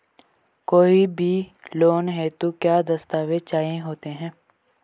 कोई भी लोन हेतु क्या दस्तावेज़ चाहिए होते हैं?